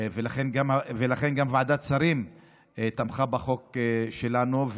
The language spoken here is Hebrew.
ולכן גם ועדת השרים תמכה בחוק שלנו,